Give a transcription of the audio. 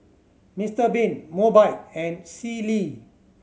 Mister Bean Mobike and Sealy